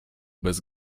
bez